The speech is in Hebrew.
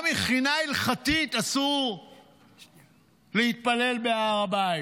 גם מבחינה הלכתית אסור להתפלל בהר הבית,